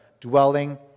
dwelling